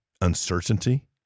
uncertainty